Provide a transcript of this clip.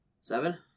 seven